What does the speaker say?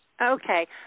Okay